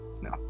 No